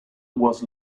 was